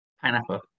Pineapple